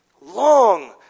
long